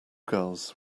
girls